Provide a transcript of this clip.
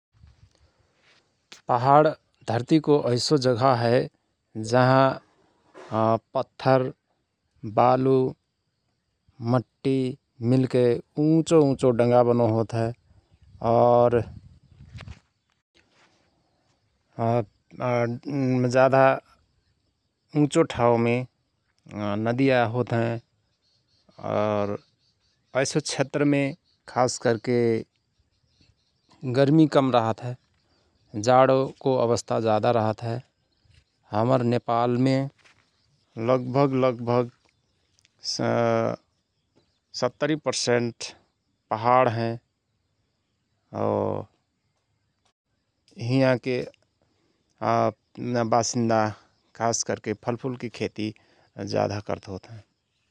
पहाण धर्तीको ऐसो जगहा हयं जहाँ पत्थर वालु मट्टि मिलके उँचो उँचो डंगा बनो होत हय । और जाधा उँचो ठाउँमे नदिया होत हयँ और ऐसो क्षेत्रमे खास करके गर्मी कम रहत हय जाणोको अवस्था जाधा रहत हय । हमर नेपालमे लगभग लगभग सत्तरी प्रसेन्ट पहाड हयं । और हियांके बासिन्दा खास करके फलफुलकि खेती जाधा करत होत हयं ।